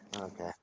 Okay